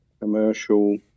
commercial